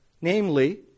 namely